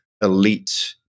elite